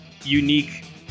unique